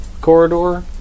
corridor